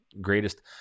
Greatest